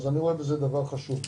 אז אני רואה בזה דבר חשוב.